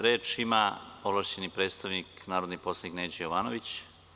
Reč ima ovlašćeni predstavnik narodni poslanik Neđo Jovanović.